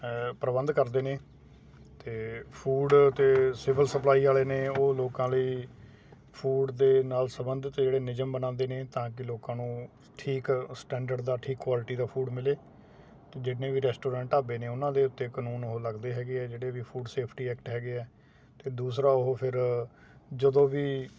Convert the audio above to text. ਪ੍ਰਬੰਧ ਕਰਦੇ ਨੇ ਅਤੇ ਫੂਡ ਅਤੇ ਸਿਵਲ ਸਪਲਾਈ ਵਾਲੇ ਨੇ ਉਹ ਲੋਕਾਂ ਲਈ ਫੂਡ ਦੇ ਨਾਲ ਸੰਬੰਧਿਤ ਜਿਹੜੇ ਨਿਯਮ ਬਣਾਉਂਦੇ ਨੇ ਤਾਂ ਕਿ ਲੋਕਾਂ ਨੂੰ ਠੀਕ ਸਟੈਂਡਰਡ ਦਾ ਠੀਕ ਕੁਆਲਿਟੀ ਦਾ ਫੂਡ ਮਿਲੇ ਅਤੇ ਜਿੰਨੇ ਵੀ ਰੈਸਟੋਰੈਂਟ ਢਾਬੇ ਨੇ ਉਹਨਾਂ ਦੇ ਉੱਤੇ ਕਾਨੂੰਨ ਉਹ ਲੱਗਦੇ ਹੈਗੇ ਆ ਜਿਹੜੇ ਵੀ ਫੂਡ ਸੇਫਟੀ ਐਕਟ ਹੈਗੇ ਆ ਅਤੇ ਦੂਸਰਾ ਉਹ ਫਿਰ ਜਦੋਂ ਵੀ